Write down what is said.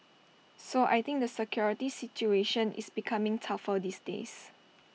so I think the security situation is becoming tougher these days